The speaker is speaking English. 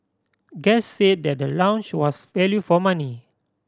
guests say that the lounge was value for money